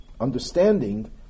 understanding